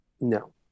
No